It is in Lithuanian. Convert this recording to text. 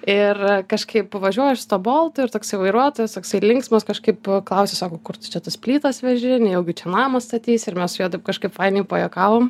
ir kažkaip važiuoju aš su tuo boltu ir toks jo vairuotojas toksai linksmas kažkaip klausia sako kur čia tas plytas veži nejaugi čia namą statysi ir mes su juo taip kažkaip paėmėm pajuokavom